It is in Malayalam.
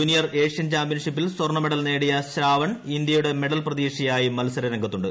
ജൂനിയർ ഏഷ്യൻ ചാമ്പ്യൻഷിപ്പിൽ സ്വർണ്ണമെഡൽ നേടിയ ശ്രാവൺ ഇന്ത്യയുടെ മെഡൽ പ്രതീക്ഷയായി മൽസര രംഗത്തുണ്ട്